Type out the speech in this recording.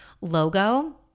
logo